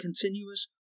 continuous